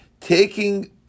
Taking